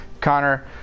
Connor